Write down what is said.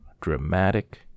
dramatic